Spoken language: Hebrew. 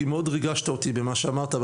כי מאוד ריגשת אותי במה שאמרת,